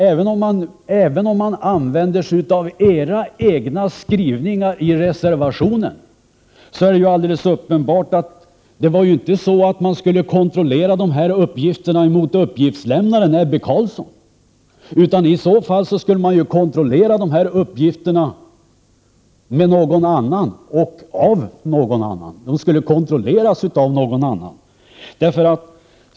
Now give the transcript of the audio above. Även av era egna skrivningar i reservationen framgår det klart att man inte skulle kontrollera dessa uppgifter mot uppgiftslämnaren Ebbe Carlsson, utan att de skulle kontrolleras av någon annan och mot någon annan.